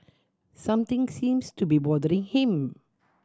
something seems to be bothering him